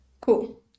cool